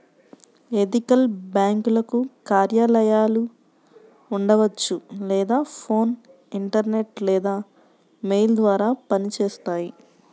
ethical బ్యేంకులకు కార్యాలయాలు ఉండవచ్చు లేదా ఫోన్, ఇంటర్నెట్ లేదా మెయిల్ ద్వారా పనిచేస్తాయి